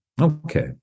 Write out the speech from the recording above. okay